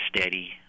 steady